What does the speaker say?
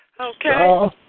Okay